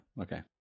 Okay